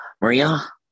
Maria